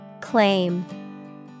Claim